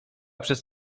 przez